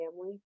family